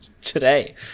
today